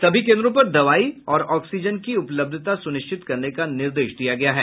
सभी केन्द्रों पर दवाई और ऑक्सीजन की उपलब्धता सुनिश्चित करने का निर्देश दिया गया है